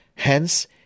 Hence